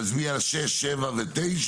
נצביע על הסתייגויות 6, 7 ו-9,